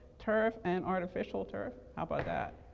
turf and artificial turf, how about that?